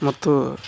ಮತ್ತು